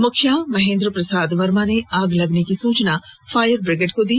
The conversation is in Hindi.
मुखिया महेन्द्र प्रसाद वर्मा ने आग लगने की सूचना फायर ब्रिगेड को दी